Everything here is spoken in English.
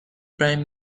prime